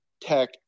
tech